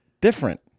Different